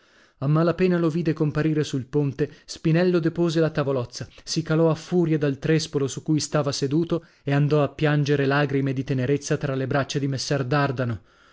scala a mala pena lo vide comparire sul ponte spinello depose la tavolozza si calò a furia dal trespolo su cui stava seduto e andò a piangero lagrime di tenerezza tra le braccia di messer dardano